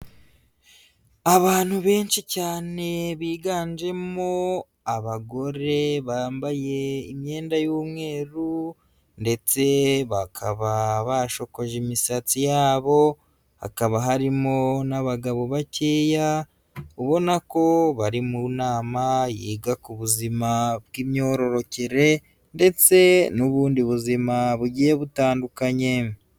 Abantu benshi cyane biganjemo abagore bambaye imyenda y'umweru ndetse bakaba bashokoje imisatsi yabo, hakaba harimo n'abagabo bakeya, ubona ko bari mu nama yiga ku buzima bw'imyororokere ndetse n'ubundi buzima bugiye butandukanye.